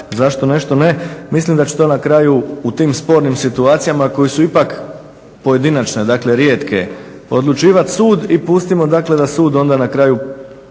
zašto nešto ne? Mislim da će to na kraju u tim spornim situacijama koje su ipak pojedinačne, dakle rijetke, odlučivat sud i pustimo dakle da sud onda na kraju